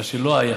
מה שלא היה.